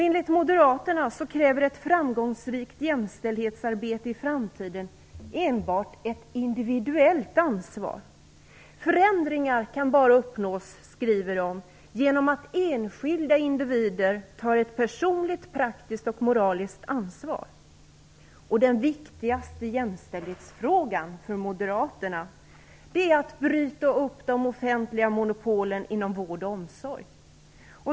Enligt Moderaterna kräver ett framgångsrikt jämställdhetsarbete i framtiden enbart ett individuellt ansvar. Förändringar kan bara uppnås, skriver de, genom att enskilda individer tar ett personligt, praktiskt och moraliskt ansvar. Och den viktigaste jämställdhetsfrågan för Moderaterna är att bryta upp de offentliga monopolen inom vård och omsorg.